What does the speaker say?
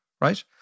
right